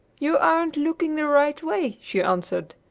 you aren't looking the right way, she answered.